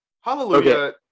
Hallelujah